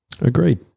Agreed